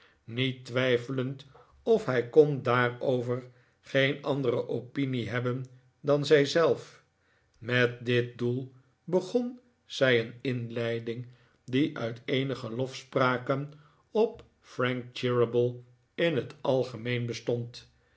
niet twijfelend of hij kon daarover geen andere opinie hebben dan zij zelf met dit doel begon zij een inleiding die uit eenige lofspraken op frank cheeryble in het algemeen bestond